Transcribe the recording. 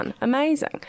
amazing